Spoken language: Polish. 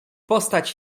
postać